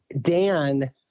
dan